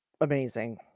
amazing